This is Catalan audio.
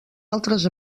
altres